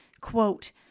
Quote